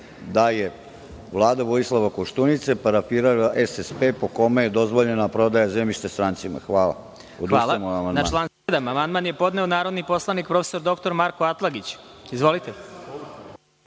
da je Vlada Vojislava Koštunica parafirala - SSP, po kome je dozvoljena prodaja zemljišta strancima. Hvala. **Vladimir Marinković** Na član 7. Amandman je podneo narodni poslanik prof. dr Marko Atlagić. Izvolite